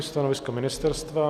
Stanovisko ministerstva?